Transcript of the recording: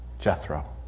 Jethro